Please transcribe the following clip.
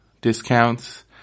discounts